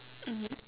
mmhmm